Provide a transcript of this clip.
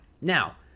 Now